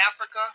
Africa